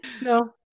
No